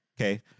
Okay